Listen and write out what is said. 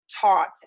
taught